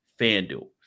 FanDuel